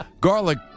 garlic